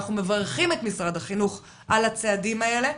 ואנחנו מברכים את משרד החינוך על הצעדים האלה.